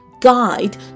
guide